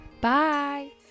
bye